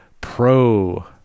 Pro